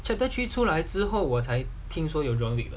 chapter three 出来之后我才听说有 john wick 了